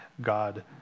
God